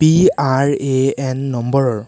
P R A N নম্বৰৰ